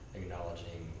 acknowledging